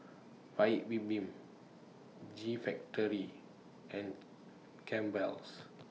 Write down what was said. Paik's Bibim G Factory and Campbell's